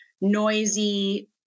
noisy